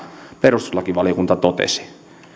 perustuslakivaliokunta totesi